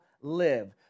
live